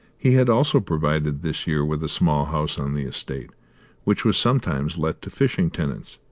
he had also provided this year with a small house on the estate which was sometimes let to fishing tenants,